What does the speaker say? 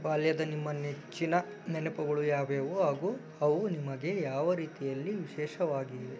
ಬಾಲ್ಯದ ನಿಮ್ಮ ನೆಚ್ಚಿನ ನೆನಪುಗಳು ಯಾವ್ಯಾವು ಹಾಗೂ ಅವು ನಿಮಗೆ ಯಾವ ರೀತಿಯಲ್ಲಿ ವಿಶೇಷವಾಗಿವೆ